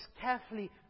carefully